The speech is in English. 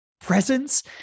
presence